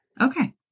Okay